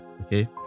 okay